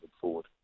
forward